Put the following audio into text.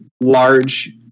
large